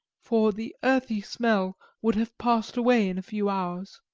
for the earthy smell would have passed away in a few hours.